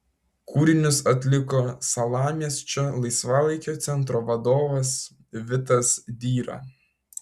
kūrinius atliko salamiesčio laisvalaikio centro vadovas vitas dyra